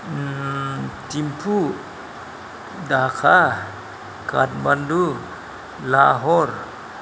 Thimphu Dhaka Kathmandu Lahore